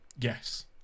Yes